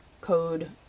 code